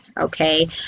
Okay